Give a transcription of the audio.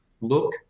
look